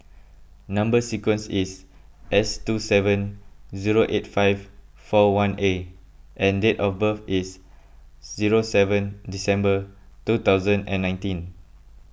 Number Sequence is S two seven zero eight five four one A and date of birth is zero seven December two thousand and nineteen